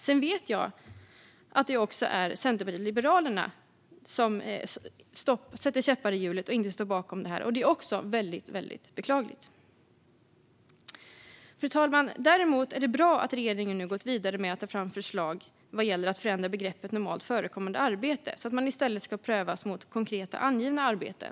Jag vet att även Centerpartiet och Liberalerna sätter käppar i hjulet och inte står bakom det här. Det är också väldigt beklagligt. Fru talman! Däremot är det bra att regeringen nu gått vidare med att ta fram förslag om att förändra begreppet normalt förekommande arbete så att man i stället ska prövas mot konkreta angivna arbeten.